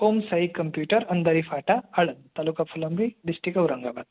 Om Sai computer Andhari Phata Aland taluka Phulambri district Aurangabad